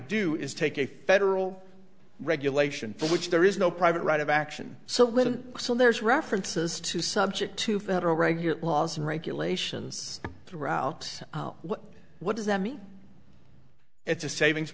do is take a federal regulation for which there is no private right of action so little so there's references to subject to federal regular laws and regulations through out what does that mean it's a savings